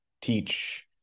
teach